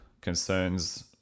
concerns